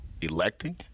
electing